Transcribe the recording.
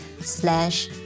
slash